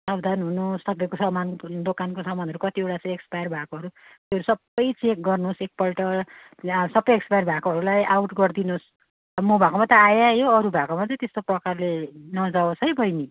सावधान हुनुहोस् तपाईँको सामान दोकानको सामानहरू कतिवटा चाहिँ एक्सपायर भएकोहरू त्यो सबै चेक गर्नुहोस् एकपल्ट सबै एक्सपायर भएकोहरूलाई आउट गरिदिनु होस् म भएकोमा त आयो आयो अरू भएकोमा चाहिँ त्यस्तो प्रकारले नजाओस् है बहिनी